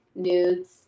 nudes